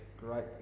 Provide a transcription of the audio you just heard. great